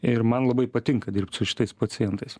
ir man labai patinka dirbt su šitais pacientais